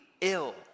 ill